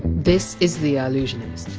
this is the allusionist,